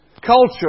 culture